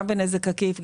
גם בנזק עקיף,